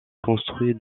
construit